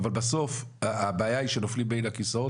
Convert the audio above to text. אבל בסוף הבעיה היא שנופלים בין הכיסאות